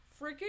freaking